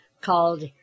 called